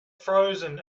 frozen